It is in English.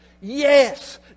Yes